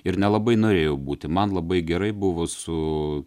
ir nelabai norėjau būti man labai gerai buvo su